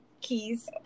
keys